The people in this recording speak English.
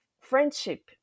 friendship